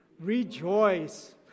Rejoice